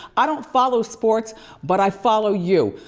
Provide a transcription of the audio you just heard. i don't follow sports but i follow you.